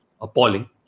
appalling